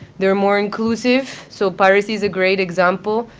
they're more inclusive. so paris is a great example.